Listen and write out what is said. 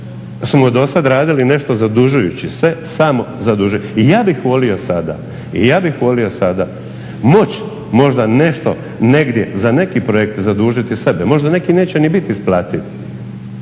smo dosad radili nešto zadužujući se. I ja bih volio sada moći možda nešto negdje za neki projekt zadužiti sebe. Možda neki neće ni bit isplativi